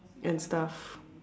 and stuff